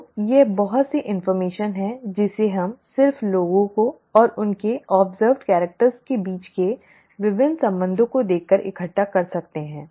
तो यह बहुत सी जानकारी है जिसे हम सिर्फ लोगों और उनके अब्ज़र्व कैरेक्टर के बीच के विभिन्न संबंधों को देखकर इकट्ठा कर सकते हैं